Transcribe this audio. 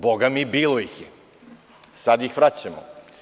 Bogami, bilo ih je, sada ih vraćamo.